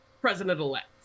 president-elect